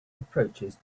approaches